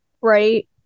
right